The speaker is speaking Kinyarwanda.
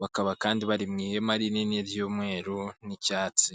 bakaba kandi bari mu ihema rinini ry'umweru n'icyatsi.